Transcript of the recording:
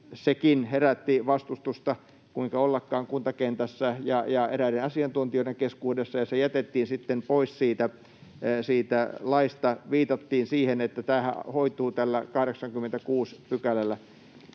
sekin herätti vastustusta, kuinka ollakaan, kuntakentässä ja eräiden asiantuntijoiden keskuudessa, ja se jätettiin sitten pois siitä laista. Viitattiin siihen, että tämä hoituu tällä 86 §:llä.